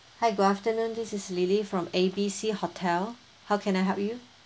hi good afternoon this is lily from A_B_C hotel how can I help you